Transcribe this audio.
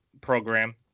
program